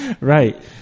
Right